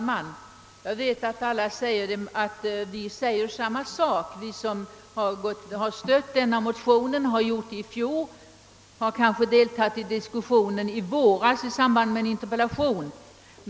Herr talman! Jag vet att många tycker att vi som har stött både denna motion och fjolårets motion och som kanske har deltagit i diskussionen i våras i samband med en interpellation, säger samma sak hela tiden.